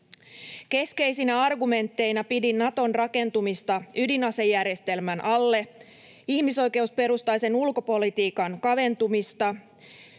Keskeisinä argumentteina pidin Naton rakentumista ydinasejärjestelmän alle, ihmisoikeusperustaisen ulkopolitiikan kaventumista,